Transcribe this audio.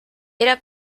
era